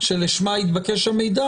שלשמה התבקש המידע,